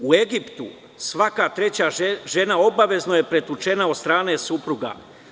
U Egiptu svaka treća žena obavezno je pretučena od strane supruga.